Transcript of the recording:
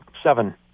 seven